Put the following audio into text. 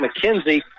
McKenzie